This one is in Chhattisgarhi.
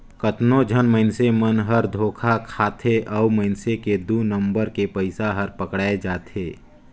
कतनो झन मइनसे मन हर धोखा खाथे अउ मइनसे के दु नंबर के पइसा हर पकड़ाए जाथे